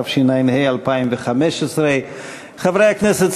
התשע"ה 2015. חברי הכנסת,